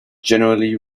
generally